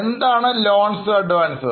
എന്താണ് loans and advances